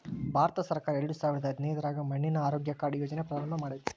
ಭಾರತಸರ್ಕಾರ ಎರಡಸಾವಿರದ ಹದಿನೈದ್ರಾಗ ಮಣ್ಣಿನ ಆರೋಗ್ಯ ಕಾರ್ಡ್ ಯೋಜನೆ ಪ್ರಾರಂಭ ಮಾಡೇತಿ